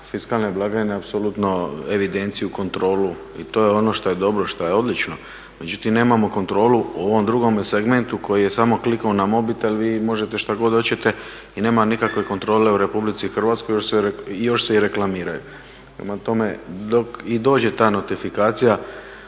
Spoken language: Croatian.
fiskalne blagajne apsolutno evidenciju i kontrolu i to je ono što je dobro, što je odlično. Međutim, nemamo kontrolu u ovom drugome segmentu koji je samo klikom na mobitel vi možete što god hoćete i nema nikakve kontrole u RH još se i reklamiraju. Prema tome, dok i dođe ta notifikacija